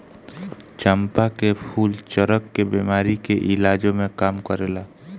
चंपा के फूल चरक के बेमारी के इलाजो में काम करेला